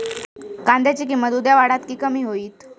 कांद्याची किंमत उद्या वाढात की कमी होईत?